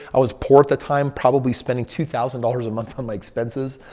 i was poor at the time. probably spending two thousand dollars a month on my expenses.